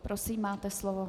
Prosím, máte slovo.